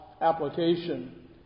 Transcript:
application